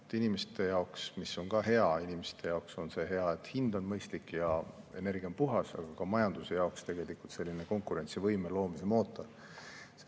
inimeste jaoks – mis on ka hea, inimeste jaoks on hea, et hind on mõistlik ja energia on puhas –, aga ka majanduse jaoks tegelikult selline konkurentsivõime loomise mootor.